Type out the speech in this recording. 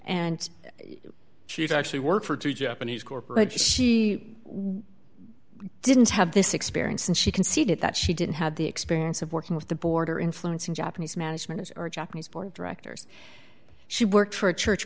and she's actually worked for two japanese corporate she didn't have this experience and she conceded that she didn't have the experience of working with the border influencing japanese management or japanese board directors she worked for a church